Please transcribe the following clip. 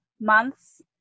months